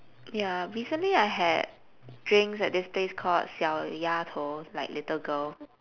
ya recently I had drinks at this place called 小丫头 like little girl